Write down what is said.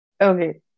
Okay